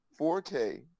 4K